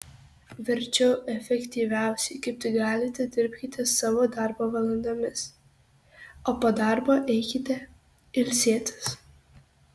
verčiau efektyviausiai kaip tik galite dirbkite savo darbo valandomis o po darbo eikite ilsėtis